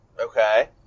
Okay